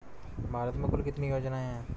भारत में कुल कितनी योजनाएं हैं?